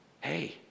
hey